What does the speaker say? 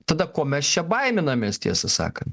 tada ko mes čia baiminamės tiesą sakan